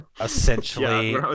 Essentially